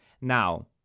Now